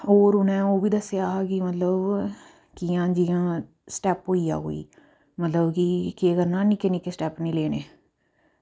होर उनें ओह्बी दस्सेआ की मतलब कियां जिया स्टैप होई जा मतलब कि केह् करना निक्के निक्के स्टैप लैने